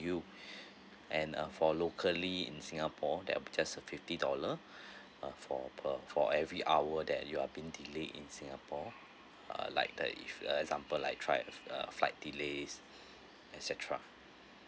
you and uh for locally in singapore there'll just be a fifty dollar uh for per for every hour that you're being delayed in singapore uh like the if uh example like flight uh flight delays et cetera